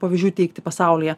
pavyzdžių teikti pasaulyje